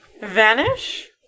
vanish